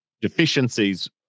deficiencies